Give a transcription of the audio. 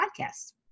podcast